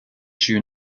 joue